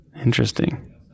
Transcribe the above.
Interesting